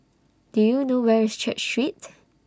Do YOU know Where IS Church Street